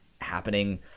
happening